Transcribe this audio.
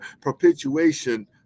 perpetuation